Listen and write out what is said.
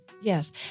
Yes